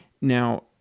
Now